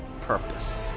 purpose